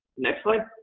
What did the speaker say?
next slide.